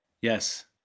Yes